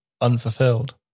unfulfilled